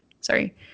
sorry